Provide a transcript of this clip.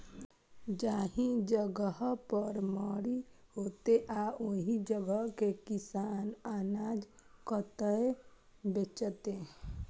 जाहि जगह पर मंडी हैते आ ओहि जगह के किसान अनाज कतय बेचते?